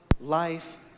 life